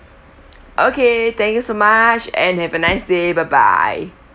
okay thank you so much and have a nice day bye bye